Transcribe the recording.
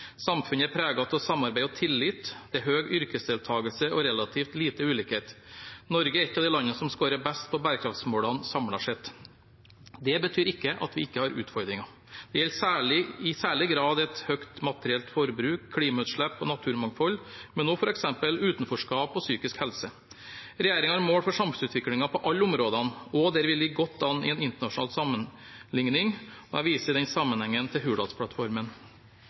Samfunnet er preget av samarbeid og tillit. Det er høy yrkesdeltakelse og relativt lite ulikhet. Norge er et av de landene som skårer best på bærekraftsmålene, samlet sett. Det betyr ikke at vi ikke har utfordringer. Dette gjelder i særlig grad et høyt materielt forbruk, klimautslipp og naturmangfold, men også f.eks. utenforskap og psykisk helse. Regjeringen har mål for samfunnsutviklingen på alle områder, også der vi ligger godt an i en internasjonal sammenligning, og jeg viser i den sammenheng til